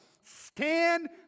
stand